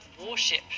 warship